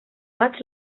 maig